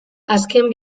azken